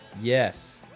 Yes